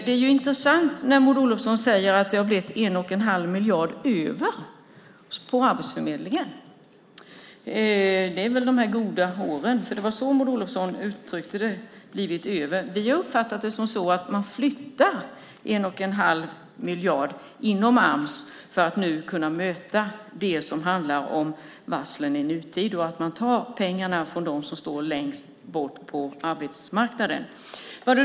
Det är intressant när Maud Olofsson säger att det har blivit 1 1⁄2 miljard över på Arbetsförmedlingen. Det är väl tack vare de goda åren. Vi har dock uppfattat det som att man flyttar 1 1⁄2 miljard inom Arbetsförmedlingen för att kunna möta varslen. Man tar pengarna från dem som står längst bort från arbetsmarknaden.